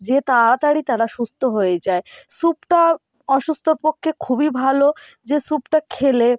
যে তাড়াতাড়ি তারা সুস্থ হয়ে যায় স্যুপটার অসুস্থর পক্ষে খুবই ভালো যে স্যুপটা খেলে